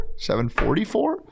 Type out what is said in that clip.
7.44